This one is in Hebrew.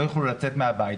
לא יוכלו לצאת מן הבית.